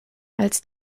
als